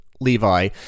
Levi